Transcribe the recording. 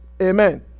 Amen